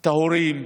את ההורים,